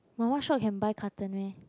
my one shop can buy carton meh